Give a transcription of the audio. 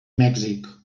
mèxic